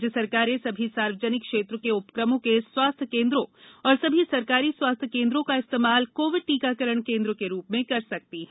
राज्य सरकारें सभी सार्वजनिक क्षेत्र के उपक्रमों के स्वास्थ्य केन्द्रों और समी सरकारी स्वास्थ्य केन्द्रों का इस्तेमाल कोविड टीकाकरण केन्द्र के रूप में कर सकती हैं